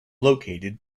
located